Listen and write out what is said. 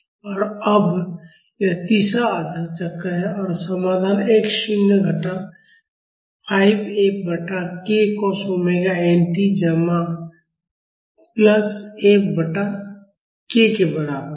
और अब यह तीसरा आधा चक्र है और समाधान x शून्य घटा 5 F बटा k cos ओमेगा n t जमा F बटा k के बराबर है